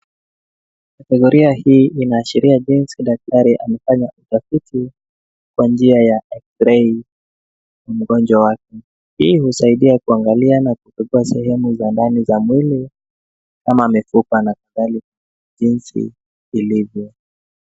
Kategoria hii inaashiria jinsi daktari anafanya utafiti kwa njia ya eksirei kwa mgojwa wake, hii inasaidia kuangalia na kutatua sehemu za ndani za mwili ama mifupa na kadhalika jinsi ilivyo.